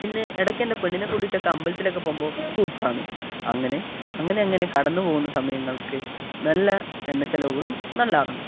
പിന്നെ ഇടയ്ക്ക് എൻ്റെ പെണ്ണിനെ കൂട്ടിയിട്ടൊക്കെ അമ്പലത്തിൽ ഒക്കെ പോകുമ്പോൾ സൂപ്പർ ആണ് അങ്ങനെ അങ്ങനെ അങ്ങനെ കടന്ന് പോകുന്ന സമയങ്ങൾക്ക് നല്ല എണ്ണ ചെലവുകളും നൽകാറുണ്ട്